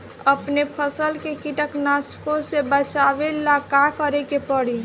अपने फसल के कीटनाशको से बचावेला का करे परी?